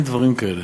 אין דברים כאלה.